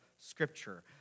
Scripture